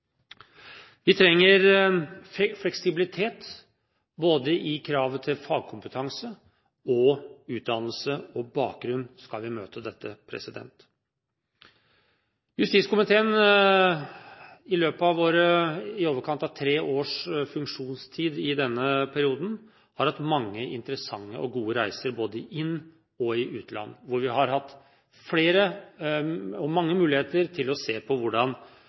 Vi trenger fleksibilitet i kravet til både fagkompetanse og utdannelse og bakgrunn om vi skal møte dette. Justiskomiteen har i løpet av sine i overkant av tre års funksjonstid i denne perioden hatt mange interessante og gode reiser i både inn- og utland. Vi har hatt flere, mange, muligheter til å se på hvordan